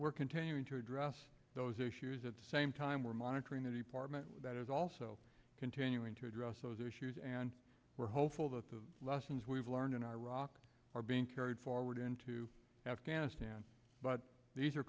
we're continuing to address those issues at the same time we're monitoring the department that is also continuing to address those issues and we're hopeful that the lessons we've learned in iraq are being carried forward into afghanistan but these are